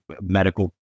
medical